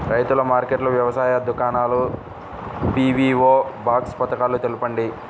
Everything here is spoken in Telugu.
రైతుల మార్కెట్లు, వ్యవసాయ దుకాణాలు, పీ.వీ.ఓ బాక్స్ పథకాలు తెలుపండి?